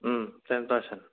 ten percent